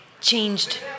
changed